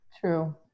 True